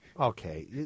Okay